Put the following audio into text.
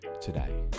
today